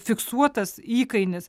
fiksuotas įkainis